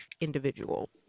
individual